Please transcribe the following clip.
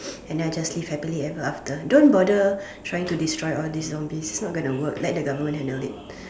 and then I just live happily ever after don't bother trying to destroy all these zombies not going to work let the government handle it